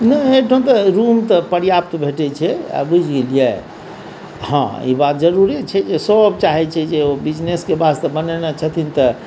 नहि एहिठाम तऽ रूम तऽ पर्याप्त भेटै छै आ बूझि गेलियै हँ ई बात जरूरे छै जे सब चाहै छै जे ओ बिजनेसके वास्ते बनेने छथिन तऽ